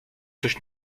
coś